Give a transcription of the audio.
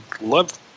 love